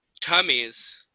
tummies